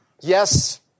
yes